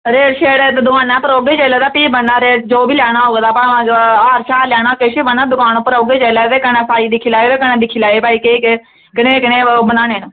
rate छेट दकाना पर होग जेल्लै फ्ही बनना रेट जो बी लैना होग बनाना हार छार लैना किश बी बनाना दकाना पर होगे जेल्लै कन्नै पाइयै दिक्खी लैएओ कन्नै दिक्खी लैएओ पाई केह् केह् कनेह् बनाने न